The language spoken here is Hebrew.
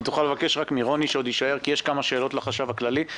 אם תוכל לבקש מרוני שיישאר כי יש עוד כמה שאלות לחשב הכללי.